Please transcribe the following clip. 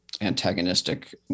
antagonistic